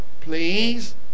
please